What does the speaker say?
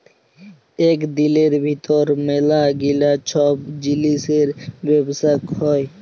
ইক দিলের ভিতর ম্যালা গিলা ছব জিলিসের ব্যবসা হ্যয়